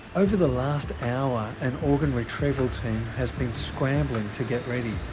over the last hour an organ retrieval team has been scrambling to get ready,